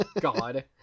God